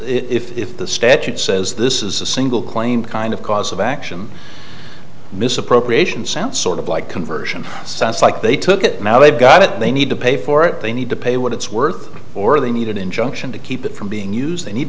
this if the statute says this is a single claim kind of cause of action misappropriation sounds sort of like conversion sounds like they took it now they've got it they need to pay for it they need to pay what it's worth or they need an injunction to keep it from being used they need